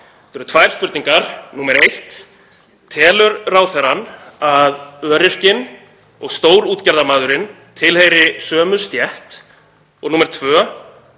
Þetta eru tvær spurningar. Númer eitt: Telur ráðherrann að öryrkinn og stórútgerðarmaðurinn tilheyri sömu stétt? Og númer